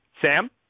Sam